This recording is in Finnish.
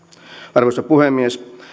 arvoisa puhemies